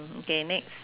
mm K next